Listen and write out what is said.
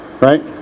Right